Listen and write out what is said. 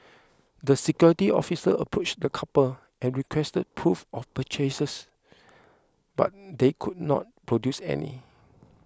the security officer approached the couple and requested proof of purchases but they could not produce any